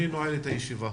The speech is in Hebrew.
אני נועל את הישיבה.